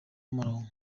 amaronko